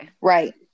Right